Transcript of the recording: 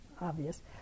obvious